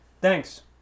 Thanks